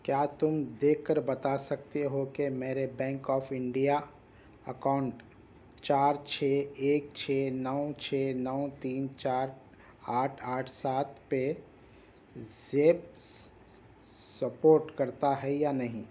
کیا تم دیکھ کر بتا سکتے ہو کہ میرے بینک آف انڈیا اکاؤنٹ چار چھ ایک چھ نو چھ نو تین چار آٹھ آٹھ سات پے زیپ سپورٹ کرتا ہے یا نہیں